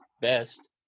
best